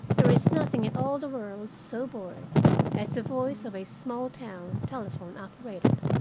there is nothing in all the world so bored as the voice of a small town telephone-operator.